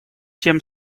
тем